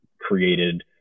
created